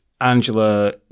Angela